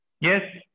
Yes